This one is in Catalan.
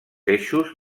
eixos